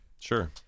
Sure